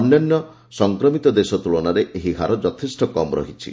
ଅନ୍ୟାନ୍ୟ ସଂକ୍ରମିତ ଦେଶ ତୁଳନାରେ ଏହି ହାର ଯଥେଷ୍ଟ କମ୍ ରହିଛି